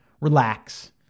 Relax